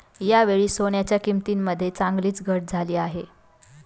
यावेळी सोन्याच्या किंमतीमध्ये चांगलीच घट झाली आहे